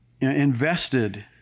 invested